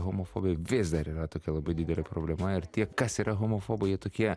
homofobai vis dar yra tokia labai didelė problema ir tie kas yra homofobai jie tokie